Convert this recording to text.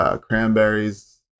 Cranberries